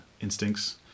instincts